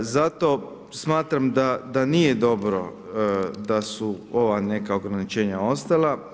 Zato smatram da nije dobro da su ova neka ograničenja ostala.